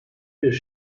bir